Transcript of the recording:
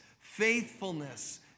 faithfulness